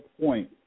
point